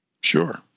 Sure